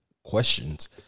Questions